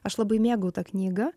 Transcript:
aš labai mėgau tą knygą